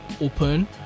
open